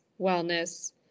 wellness